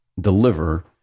deliver